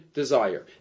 desire